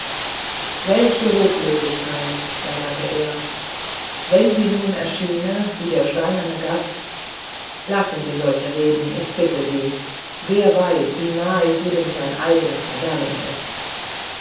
welche ruchlosigkeit jammerte er wenn sie nun erschiene wie der steinerne gast lassen sie solche reden ich bitte sie wer weiß wie nahe jedem sein eigenes verderben ist